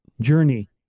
journey